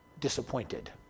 disappointed